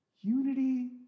Unity